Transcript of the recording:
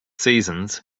seasons